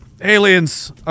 Aliens